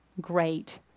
great